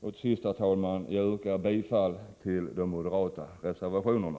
Till sist, herr talman, yrkar jag bifall till de moderata reservationerna.